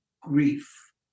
grief